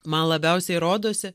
man labiausiai rodosi